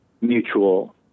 mutual